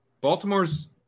Baltimore's